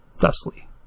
thusly